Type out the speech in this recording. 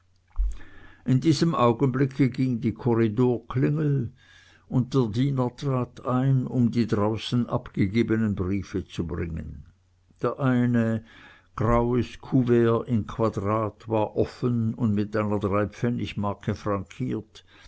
in diesem augenblicke ging die korridorklingel und der diener trat ein um die draußen abgegebenen briefe zu bringen der eine graues couvert in quadrat war offen und mit einer dreipfennigmarke frankiert